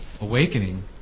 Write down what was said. awakening